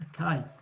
Okay